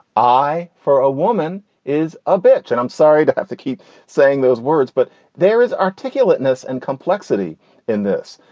eye for a woman is a bitch. and i'm sorry to have to keep saying those words, but there is articulateness and complexity in this.